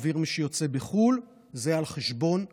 עבור מי שיוצא לחו"ל זה על חשבון הנוסע.